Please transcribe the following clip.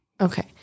okay